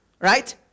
Right